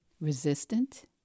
Resistant